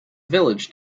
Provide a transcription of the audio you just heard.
village